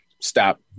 stop